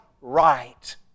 right